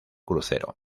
crucero